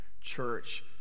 church